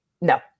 No